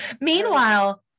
Meanwhile